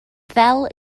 ddel